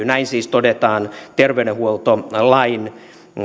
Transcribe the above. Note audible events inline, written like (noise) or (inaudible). (unintelligible) näin siis todetaan terveydenhuoltolain